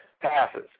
passes